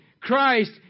Christ